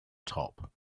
top